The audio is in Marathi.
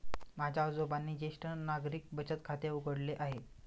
माझ्या आजोबांनी ज्येष्ठ नागरिक बचत खाते उघडले आहे